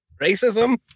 Racism